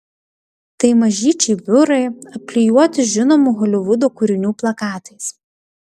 tai mažyčiai biurai apklijuoti žinomų holivudo kūrinių plakatais